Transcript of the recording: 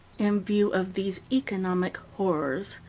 in view of these economic horrors,